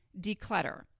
declutter